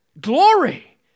glory